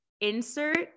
Insert